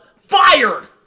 fired